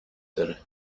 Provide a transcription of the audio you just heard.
داره